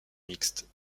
mixtes